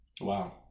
Wow